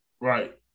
Right